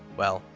well,